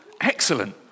Excellent